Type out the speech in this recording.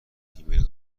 ایمیل